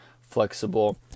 flexible